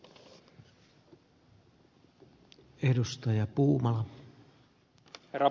herra puhemies